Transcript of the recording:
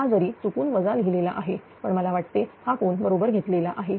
हा जरी चुकून वजा लिहिलेला आहे पण मला वाटते हा कोन बरोबर घेतलेला आहे